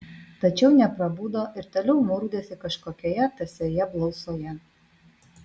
tačiau neprabudo ir toliau murkdėsi kažkokioje tąsioje blausoje